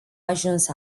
ajuns